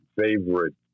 favorite